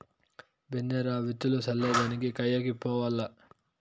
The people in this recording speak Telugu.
బిన్నే రా, విత్తులు చల్లే దానికి కయ్యకి పోవాల్ల